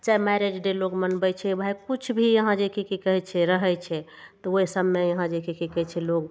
चाहे marriage day लोग मनबय छै भाय किछु भी यहाँ जे कि की कहय छै रहय छै तऽ ओइ सबमे यहाँ जे कि की कहय छै लोग